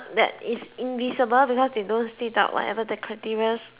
that is invisible because they don't state up whatever the criterias